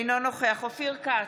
אינו נוכח אופיר כץ,